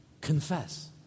Confess